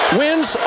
wins